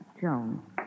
Jones